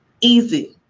Easy